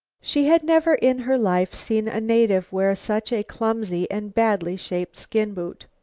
she had never in her life seen a native wear such a clumsy and badly-shaped skin-boot.